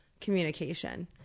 communication